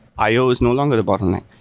i o is no longer the bottleneck.